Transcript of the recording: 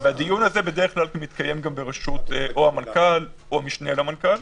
הדיון הזה בדרך כלל מתקיים בראשות או המנכ"ל או המשנה למנכ"ל.